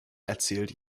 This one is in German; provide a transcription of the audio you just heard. erzählt